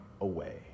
away